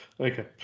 okay